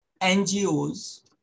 NGOs